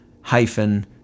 hyphen